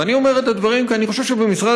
ואני אומר את הדברים כי אני חושב שבמשרד